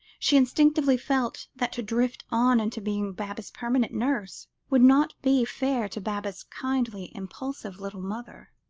she instinctively felt that to drift on into being baba's permanent nurse, would not be fair to baba's kindly, impulsive little mother.